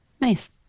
Nice